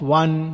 one